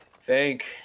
Thank